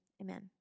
amen